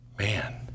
man